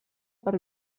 per